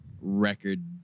record